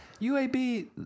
UAB